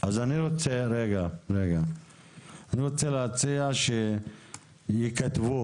אני רוצה להציע שייכתבו